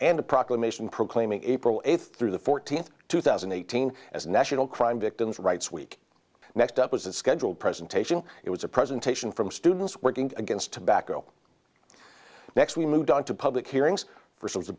and a proclamation proclaiming april eighth through the fourteenth two thousand and eighteen as a national crime victims rights week and next up was a scheduled presentation it was a presentation from students working against tobacco next we moved on to public hearings